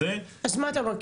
אז מה אתה אומר,